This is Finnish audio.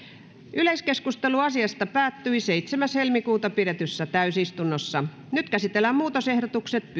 yleiskeskustelu asiasta päättyi seitsemäs toista kaksituhattayhdeksäntoista pidetyssä täysistunnossa nyt käsitellään muutosehdotukset